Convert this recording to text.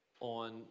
on